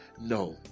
No